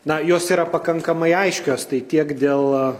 na jos yra pakankamai aiškios tai tiek dėl